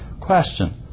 Question